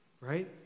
right